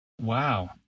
Wow